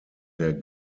der